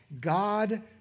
God